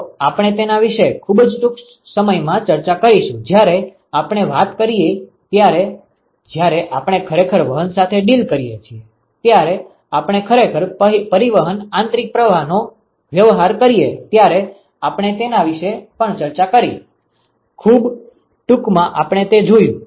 તો આપણે તેના વિશે ખૂબ જ ટૂંકમાં ચર્ચા કરીશુ જ્યારે આપણે વાત કરી ત્યારે જ્યારે આપણે ખરેખર વહન સાથે ડીલ કરીએ છીએ ત્યારે આપણે ખરેખર પરીવહન આંતરિક પ્રવાહ નો વ્યવહાર કરીએ ત્યારે આપણે તેના વિશે પણ ચર્ચા કરી ખૂબ ટૂંકમાં આપણે તે જોયું